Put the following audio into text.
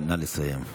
נא לסיים.